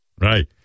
right